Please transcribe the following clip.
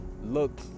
look